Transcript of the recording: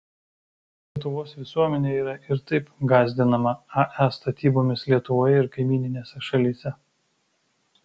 lietuvos visuomenė yra ir taip gąsdinama ae statybomis lietuvoje ir kaimyninėse šalyse